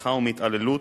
מהזנחה ומהתעללות,